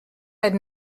had